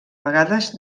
vegades